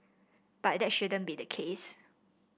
but that shouldn't be the case